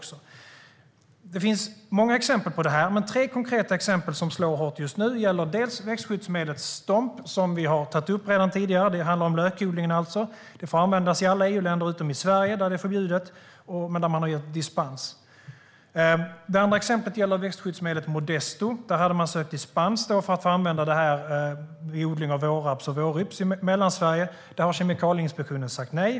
Det andra exemplet är växtskyddsmedlet Modesto, vilket man hade sökt dispens för att få använda vid odling av vårraps och vårrybs i Mellansverige. Där har Kemikalieinspektionen sagt nej.